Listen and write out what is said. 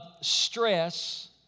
stress